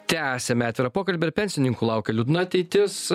tęsiame atvirą pokalbį pensininkų laukia liūdna ateitis